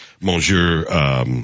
Monsieur –